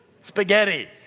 Spaghetti